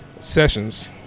sessions